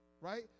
right